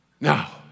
Now